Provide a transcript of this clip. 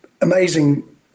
amazing